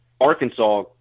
Arkansas